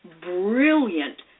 brilliant